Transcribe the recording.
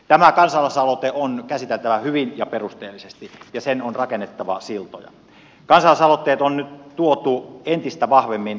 tämä kansalaisaloite on käsiteltävä hyvin ja perusteellisesti ja sen on rakennettava siltoja kansallisoopperan nyt tuo entistä vahvemmin